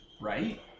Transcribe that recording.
right